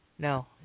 No